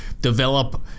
develop